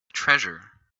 treasure